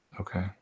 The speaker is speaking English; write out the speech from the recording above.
Okay